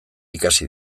ikasi